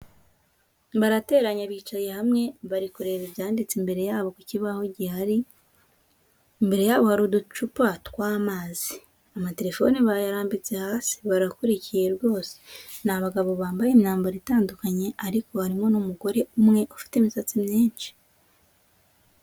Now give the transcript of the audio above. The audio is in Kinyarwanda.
Barateranye bicaye hamwe bari kureba ibyanditse imbere yabo ku kibaho gihari, imbere yabo hari uducupa tw'amazi, amaterefone bayarambitse hasi, barakurikiye rwose. Ni abagabo bambaye imyambaro itandukanye ariko hari n'umugore umwe ufite imisatsi myinshi.